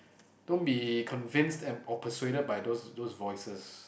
don't be convinced and or persuaded by those those voices